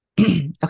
Okay